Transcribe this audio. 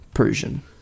Persian